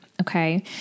okay